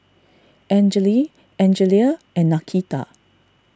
Angele Angelia and Nakita